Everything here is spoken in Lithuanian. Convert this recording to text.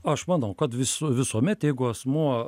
aš manau kad vis visuomet jeigu asmuo